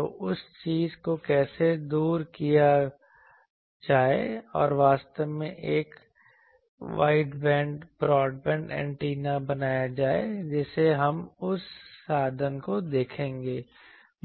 तो उस चीज़ को कैसे दूर किया जाए और वास्तव में एक वाइडबैंड ब्रॉडबैंड एंटीना बनाया जाए जिससे हम उस साधन को देखेंगे